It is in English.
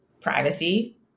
privacy